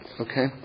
Okay